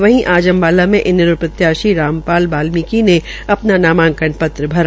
वहीं आज अम्बाला मे इनैलो प्रत्याशी राम पाल बाल्मीकी ने अपना नामांकन पत्रभरा